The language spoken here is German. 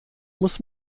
muss